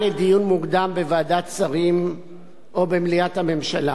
לדיון מוקדם בוועדת שרים או במליאת הממשלה.